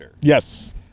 Yes